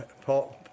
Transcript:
Paul